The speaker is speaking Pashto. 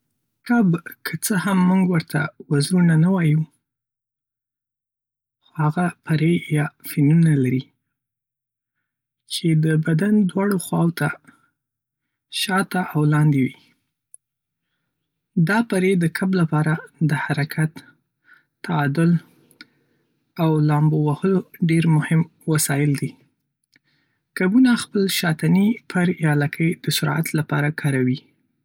کب، که څه هم موږ ورته وزرونه نه وایو، خو هغه پَرې یا فِنونه لري، چې د بدن دواړو خواوو ته، شاته، او لاندې وي. دا پَرې د کب لپاره د حرکت، تعادل، او لامبو وهلو ډېر مهم وسایل دي. کبونه خپل شاتني پَر یا لکۍ د سرعت لپاره کاروي.